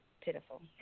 pitiful